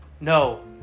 No